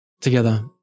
together